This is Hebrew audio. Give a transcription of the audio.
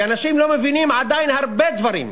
כי אנשים לא מבינים עדיין הרבה דברים.